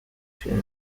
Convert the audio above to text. się